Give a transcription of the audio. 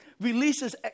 releases